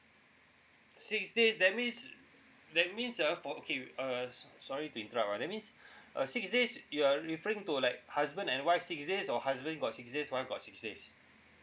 six days that means that means ah for okay uh so~ sorry to interrupt ah that means uh six days you are referring to like husband and wife six days or husband got six days wife got six days